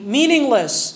meaningless